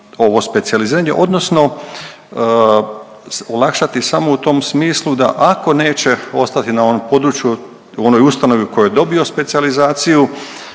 ovo specijaliziranje odnosno olakšati samo u tom smislu da ako neće ostati na onom području, u onoj ustanovi u kojoj je dobio specijalizaciju